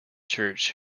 church